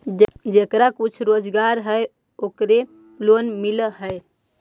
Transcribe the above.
जेकरा कुछ रोजगार है ओकरे लोन मिल है?